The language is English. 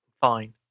Fine